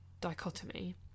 dichotomy